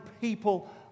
people